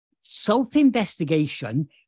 Self-investigation